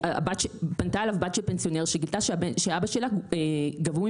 פנתה אליו בת של פנסיונר שגילתה שגבו מאבא שלה 69,000